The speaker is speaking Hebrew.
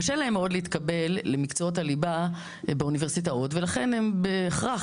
קשה להם מאוד להתקבל למקצועות הליבה באוניברסיטאות ולכן הם בהכרח